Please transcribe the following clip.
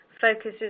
focuses